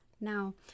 Now